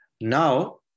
Now